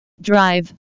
Drive